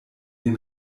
den